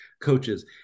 coaches